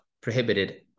prohibited